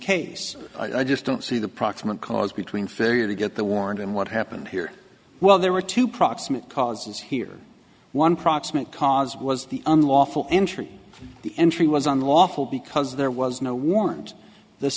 case i just don't see the proximate cause between failure to get the warrant and what happened here well there are two proximate causes here one proximate cause was the unlawful entry the entry was unlawful because there was no warrant th